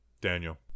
Daniel